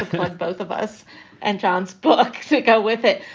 ah both both of us and john's book so go with it.